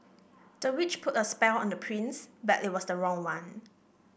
the witch put a spell on the prince but it was the wrong one